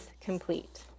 complete